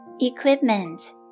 Equipment